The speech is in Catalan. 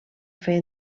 fer